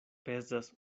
pezas